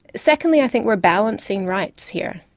secondly, i think we are balancing rights here.